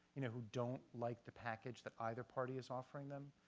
you know who don't like the package that either party is offering them.